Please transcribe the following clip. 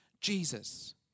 Jesus